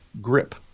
GRIP